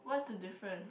what's the difference